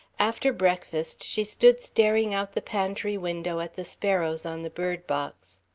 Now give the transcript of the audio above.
after breakfast she stood staring out the pantry window at the sparrows on the bird box.